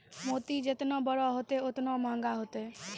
मोती जेतना बड़ो होतै, ओतने मंहगा होतै